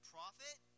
Profit